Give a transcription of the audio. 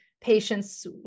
patients